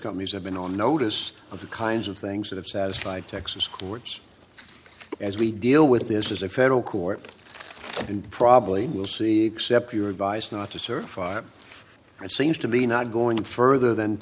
companies have been on notice of the kinds of things that have satisfied texas courts as we deal with this is a federal court and probably will see step you are advised not to serve it seems to be not going further than